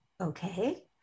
okay